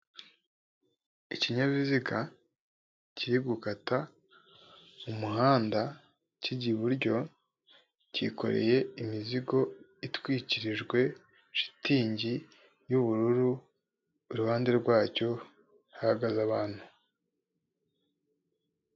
Ikinyabiziga kiri gukata umuhanda kijya iburyo, cyikoreye imizigo itwikirijwe shitingi y'ubururu, iruhande rwacyo hahagaze abantu.